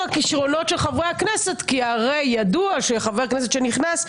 הכישרונות של חברי הכנסת כי הרי ידוע שחבר כנסת שנכנס,